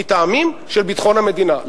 מטעמים של ביטחון המדינה.